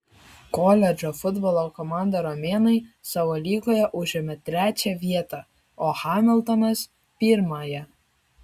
koledžo futbolo komanda romėnai savo lygoje užėmė trečią vietą o hamiltonas pirmąją